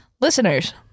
listeners